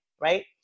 right